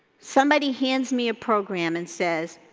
somebody hands me a program and says,